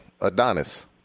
Adonis